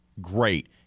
Great